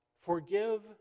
Forgive